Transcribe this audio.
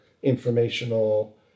informational